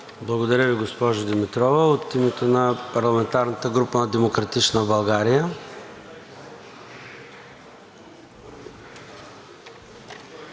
Благодаря Ви, госпожо Димитрова. От името на парламентарната група на „Демократична България“?